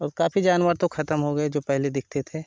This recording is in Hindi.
और काफी जानवर तो खत्म हो गए जो पहले दिखते थे